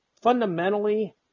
fundamentally